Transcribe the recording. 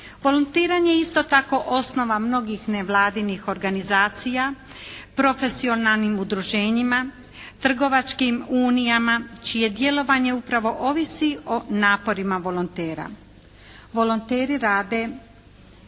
Volontiranje je isto tako osnova mnogih nevladinih organizacija, profesionalnim udruženjima, trgovačkim unijama čije djelovanje upravo ovisi o naporima volontera. Volonteri rade